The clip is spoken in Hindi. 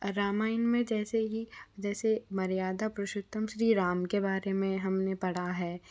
रामायण में जैसे की जैसे मर्यादा पुरुषोत्तम श्री राम के बारे में हमने पड़ा है